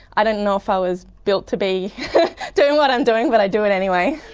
i don't know if i was built to be doing what i'm doing, but i do it anyway.